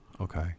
Okay